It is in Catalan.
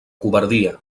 covardia